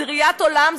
זו ראיית עולם,